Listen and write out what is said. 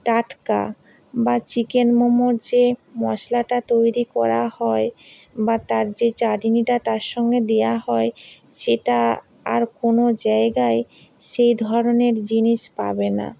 টাটকা বা চিকেন মোমোর যে মশলাটা তৈরি করা হয় বা তার যে চাটনিটা তার সঙ্গে দেওয়া হয় সেটা আর কোনও জায়গায় সেই ধরনের জিনিস পাবে না